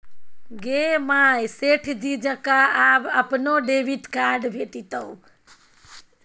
गे माय सेठ जी जकां आब अपनो डेबिट कार्ड भेटितौ